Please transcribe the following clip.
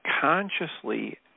consciously